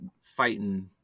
fighting